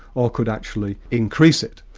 or could actually increase it.